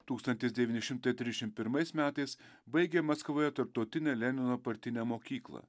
tūkstantis devyni šimtai trisdešimt pirmais metais baigė maskvoje tarptautinę lenino partinę mokyklą